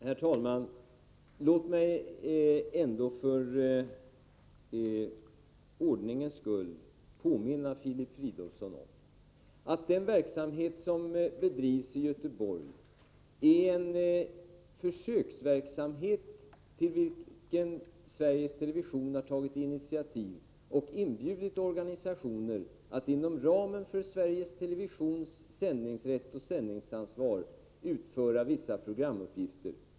Herr talman! Låt mig ändå för ordningens skull påminna Filip Fridolfsson om att den verksamhet som bedrivs i Göteborg är en försöksverksamhet, till vilken Sveriges Television har tagit initiativ och inbjudit organisationer att inom ramen för Sveriges Televisions sändningsrätt och sändningsansvar utföra vissa programuppgifter.